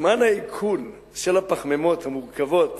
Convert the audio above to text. זמן העיכול של הפחמימות המורכבות